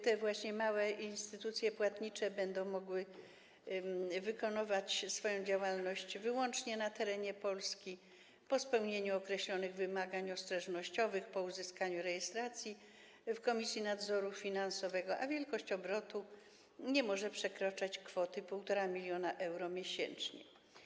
Te właśnie małe instytucje płatnicze będą mogły wykonywać swoją działalność wyłącznie na terenie Polski po spełnieniu określonych wymagań ostrożnościowych, po uzyskaniu rejestracji w Komisji Nadzoru Finansowego, przy czym wielkość ich obrotu nie może przekraczać kwoty 1,5 mln euro miesięcznie.